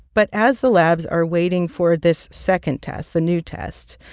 but as the labs are waiting for this second test, the new test,